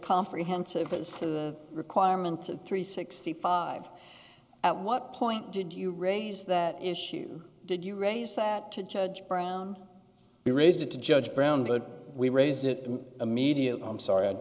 comprehensive is requirement three sixty five at what point did you raise that issue did you raise that to judge brown we raised it to judge brown but we raised it immediately i'm sorry